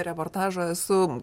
reportažo esu